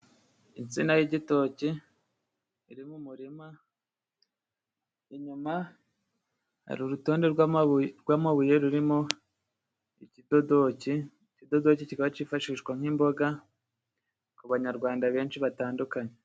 Insina y'igitoki iri mu murima, inyuma hari urutonde rw'mabuye rurimo ikidodoki, ikidodoki kikaba cyifashishwa nk'imboga, ku banyarwanda benshi batandukanye.